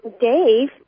Dave